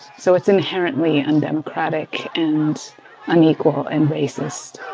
so it's inherently undemocratic and unequal and racist